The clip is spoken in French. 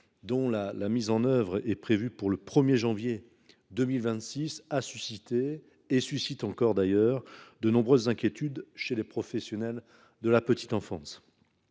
dont la mise en œuvre est prévue pour le 1 janvier 2026, suscite de nombreuses inquiétudes chez les professionnels de la petite enfance.